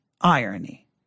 irony